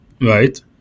right